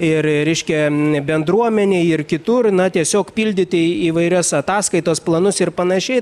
ir reiškia bendruomenei ir kitur na tiesiog pildyti įvairias ataskaitas planus ir panašiai